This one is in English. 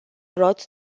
brought